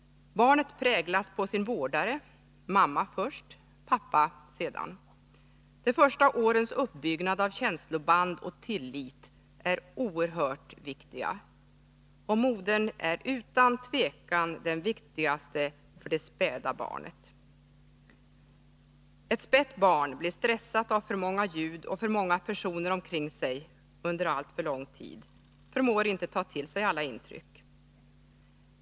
Barnet präglas av sin vårdare, mamma först, pappa sedan. De första årens uppbyggnad av känsloband och tillit är oerhört viktiga. Modern är utan tvekan den viktigaste personen för det späda barnet. Ett spätt barn blir stressat av för många ljud och för många personer omkring sig under alltför lång tid. Det förmår inte ta till sig alla intryck.